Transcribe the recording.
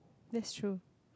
that's true